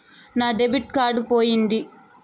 నా debit card పోయింది